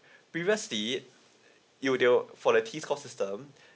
previously it will they will for the cost system